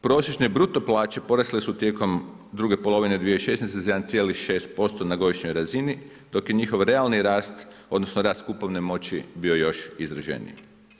Prosječne bruto plaće porasle su tijekom druge polovine 2016. za 1,6% na godišnjoj razini, dok je njihov realni rast odnosno rast kupovne moći bio još izraženiji.